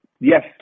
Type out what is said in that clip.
yes